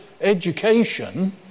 education